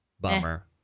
bummer